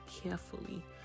carefully